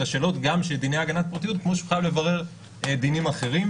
השאלות גם של דיני הגנת הפרטיות כמו שהוא חייב לברר דינים אחרים.